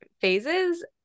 phases